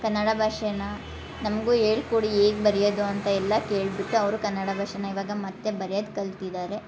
ಕನ್ನಡ ಭಾಷೆನ ನಮಗೂ ಹೇಳ್ಕೊಡಿ ಹೇಗ್ ಬರಿಯೋದು ಅಂತ ಎಲ್ಲ ಕೇಳಿಬಿಟ್ಟು ಅವರು ಕನ್ನಡ ಭಾಷೆನ ಇವಾಗ ಮತ್ತೆ ಬರಿಯೋದ್ ಕಲ್ತಿದ್ದಾರೆ